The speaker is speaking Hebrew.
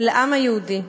לעם היהודי.